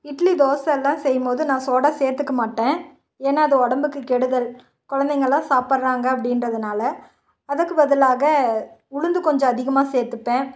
இட்லி தோசைலாம் செய்யும்போது நான் சோடா சேர்த்துக்க மாட்டேன் ஏன்னால் அது உடம்புக்கு கெடுதல் குழந்தைங்கள்லாம் சாப்பிட்றாங்க அப்படின்றதுனால அதுக்கு பதிலாக உளுந்து கொஞ்சம் அதிகமாக சேர்த்துப்பேன்